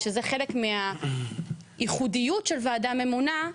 שזה חלק מהייחודיות של ועדה ממונה,